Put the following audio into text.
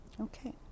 Okay